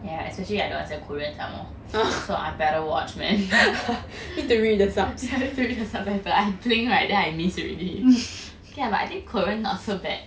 yeah especially I don't understand korean somemore so I better watch man ya need to read the subtitles I blink right then I miss already okay lah I think korean not so bad